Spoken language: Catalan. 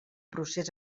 procés